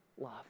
love